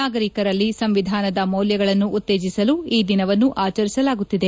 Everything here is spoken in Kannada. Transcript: ನಾಗರಿಕರಲ್ಲಿ ಸಂವಿಧಾನದ ಮೌಲ್ಯಗಳನ್ನು ಉತ್ತೇಜಿಸಲು ಈ ದಿನವನ್ನು ಆಚರಿಸಲಾಗುತ್ತಿದೆ